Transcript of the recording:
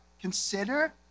Consider